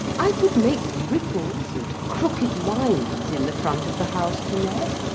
i could make ripples and crooked lines in the front of the house to let,